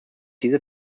diese